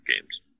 games